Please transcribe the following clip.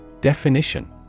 Definition